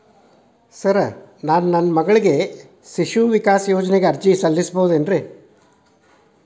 Sir ನಾನು ನನ್ನ ಮಗಳಿಗೆ ಶಿಶು ವಿಕಾಸ್ ಯೋಜನೆಗೆ ಅರ್ಜಿ ಸಲ್ಲಿಸಬಹುದೇನ್ರಿ?